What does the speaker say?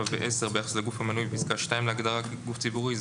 (7) ו-(10) ביחס לגוף המנוי בפסקה (2) להגדרה "גוף ציבורי".